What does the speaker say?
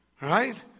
Right